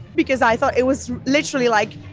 because i thought it was literally like!